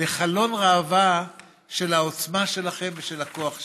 לחלון ראווה של העוצמה שלכם ושל הכוח שלכם.